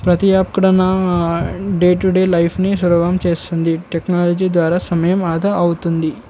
ప్రతీ ఎక్కడ నా డే టు డే లైఫ్ని సులభం చేస్తుంది టెక్నాలజీ ద్వారా సమయం ఆదా అవుతుంది